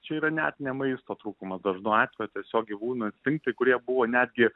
čia yra net ne maisto trūkumas dažnu atveju tiesiog gyvūnų instinktai kurie buvo netgi